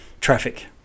traffic